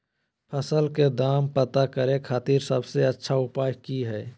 फसल के दाम पता करे खातिर सबसे अच्छा उपाय की हय?